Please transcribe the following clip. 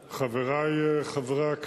אנחנו במערכת הביטחון,